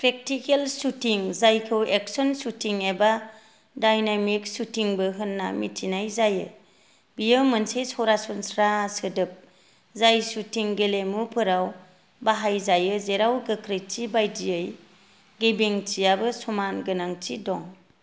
practical shooting जायखौ action shooting एबा dynamic शूटिंबो होन्ना मिन्थिनाय जायो बियो मोनसे सरासनस्रा सोदोब जाय शूटिं गेलेमुफोराव बाहाय जायो जेराव गोख्रैथि बायदियै गेबेंथियाबो समान गोनांथि दं